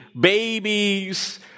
babies